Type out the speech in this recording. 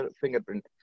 fingerprint